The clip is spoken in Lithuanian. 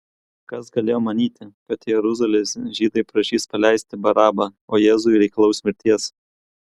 kas galėjo manyti kad jeruzalės žydai prašys paleisti barabą o jėzui reikalaus mirties